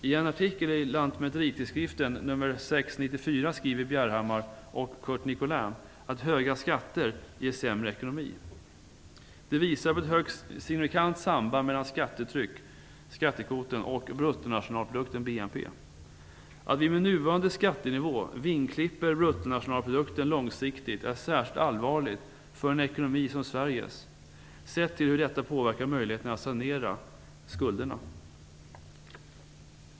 I en artikel i Lantmäteritidskriften, nr 6 1994, skriver Bjerhammar och Curt Nicolin att höga skatter ger sämre ekonomi. Det visar på ett högst signifikant samband mellan skattetryck - skattekvoten - och bruttonationalprodukten, dvs. BNP. Att vi med nuvarande skattenivå vingklipper bruttonationalprodukten långsiktigt är särskilt allvarligt för en ekonomi som Sveriges med avseende på hur detta påverkar möjligheterna att sanera skulderna.